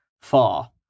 far